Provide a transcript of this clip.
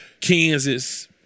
Kansas